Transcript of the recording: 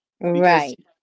right